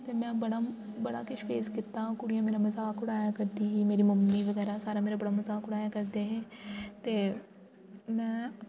ते मैं बड़ा बड़ा किश फेस कीता कुड़ियां मेरा मज़ाक उड़ाया करदियां ही मेरी मम्मी बगैरा सारे मेरा बड़ा मज़ाक उड़ाया करदे हे ते मैं